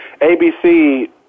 ABC